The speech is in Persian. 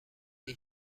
این